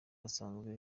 basanzwe